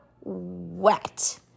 wet